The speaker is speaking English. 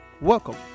Welcome